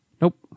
Nope